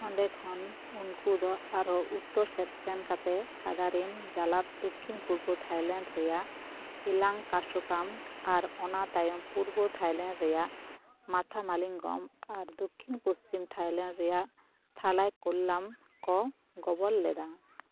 ᱚᱸᱰᱮ ᱠᱷᱚᱱ ᱩᱱᱠᱩ ᱫᱚ ᱟᱨᱦᱚᱸ ᱩᱛᱛᱚᱨ ᱥᱮᱫ ᱥᱮᱱ ᱠᱟᱛᱮ ᱠᱟᱫᱟᱨᱮᱢ ᱡᱟᱞᱟᱫ ᱫᱚᱠᱦᱤᱱ ᱯᱩᱨᱵᱚ ᱛᱷᱟᱭᱞᱮᱱᱰ ᱨᱮᱭᱟᱜ ᱤᱞᱟᱝ ᱠᱟᱥᱳᱠᱟᱢ ᱟᱨ ᱚᱱᱟ ᱛᱟᱭᱚᱢ ᱯᱩᱨᱵᱚ ᱛᱷᱟᱭᱞᱮᱱᱰ ᱨᱮᱭᱟᱜ ᱢᱟᱛᱷᱟᱢᱟᱞᱤᱜᱚᱢ ᱟᱨ ᱫᱚᱠᱷᱤᱱ ᱯᱚᱪᱷᱤᱢ ᱛᱷᱟᱭᱞᱮᱱᱰ ᱨᱮᱭᱟᱜ ᱛᱷᱟᱞᱟᱭᱠᱳᱞᱞᱟᱢ ᱠᱚ ᱜᱚᱵᱚᱞ ᱞᱮᱫᱟ